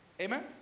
amen